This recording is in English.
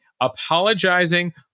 apologizing